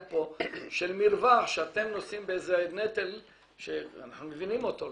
של מרווח שאתם נושאים באיזה נטל - אנחנו מבינים אותו,